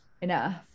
enough